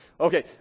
Okay